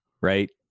right